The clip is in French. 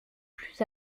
plus